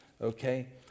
okay